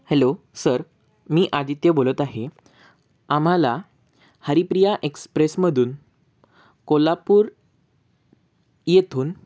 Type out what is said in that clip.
hello sir मी आदित्य बोलत आहे आम्हाला हरिप्रिया एक्सप्रेसमधून कोल्हापूर येथून